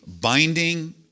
binding